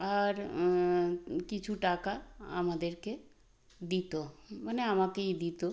আর কিছু টাকা আমাদেরকে দিতো মানে আমাকেই দিতো